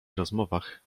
rozmowach